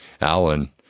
Alan